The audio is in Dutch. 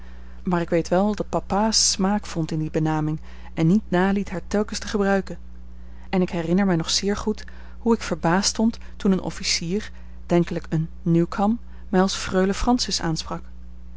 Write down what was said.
maar ik weet wel dat papa smaak vond in die benaming en niet naliet haar telkens te gebruiken en ik herinner mij nog zeer goed hoe ik verbaasd stond toen een officier denkelijk een new come mij als freule francis aansprak